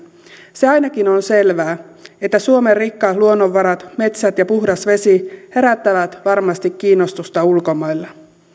se ainakin on selvää että suomen rikkaat luonnonvarat metsät ja puhdas vesi herättävät varmasti kiinnostusta ulkomailla